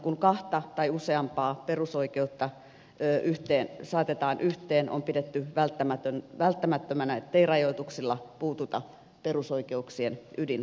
kun kahta tai useampaa perusoikeutta saatetaan yhteen on pidetty välttämättömänä ettei rajoituksilla puututa perusoikeuksien ydinalueeseen